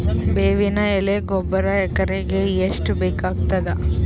ಬೇವಿನ ಎಲೆ ಗೊಬರಾ ಎಕರೆಗ್ ಎಷ್ಟು ಬೇಕಗತಾದ?